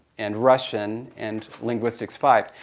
and russian, and linguistics five.